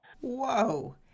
Whoa